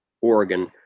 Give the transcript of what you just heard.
Oregon